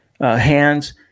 hands